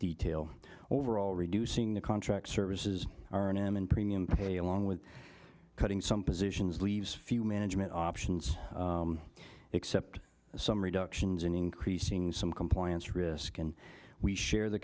detail overall reducing the contract services are an m and premium pay along with cutting some positions leaves few management options except some reductions in increasing some compliance risk and we share the